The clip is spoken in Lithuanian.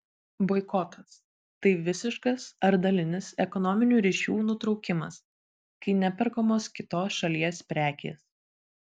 boikotas tai visiškas ar dalinis ekonominių ryšių nutraukimas kai neperkamos kitos šalies prekės